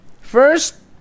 first